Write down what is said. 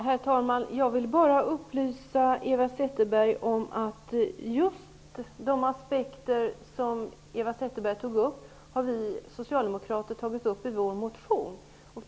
Herr talman! Jag vill bara upplysa Eva Zetterberg om att vi socialdemokrater i vår motion har tagit upp just de aspekter som Eva Zetterberg tog upp.